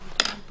הישיבה ננעלה